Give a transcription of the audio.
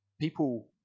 people